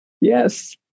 Yes